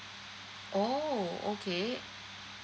oh okay